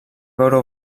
veure